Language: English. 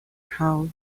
how